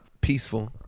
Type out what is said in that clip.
peaceful